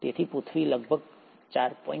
તેથી પૃથ્વી લગભગ 4